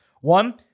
One